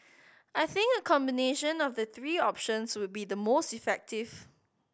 I think a combination of the three options would be the most effective